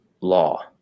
law